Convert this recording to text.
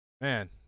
Man